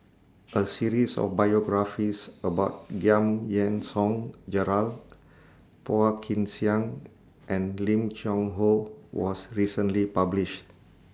A series of biographies about Giam Yean Song Gerald Phua Kin Siang and Lim Cheng Hoe was recently published